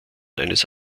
eines